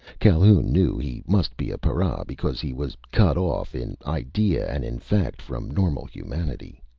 calhoun knew he must be a para because he was cut off in idea and in fact from normal humanity.